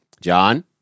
John